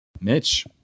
Mitch